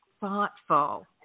thoughtful